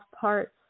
parts